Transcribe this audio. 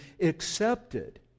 accepted